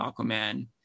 Aquaman